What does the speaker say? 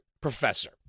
professor